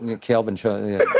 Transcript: Kelvin